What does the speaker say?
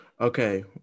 Okay